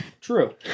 True